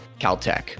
Caltech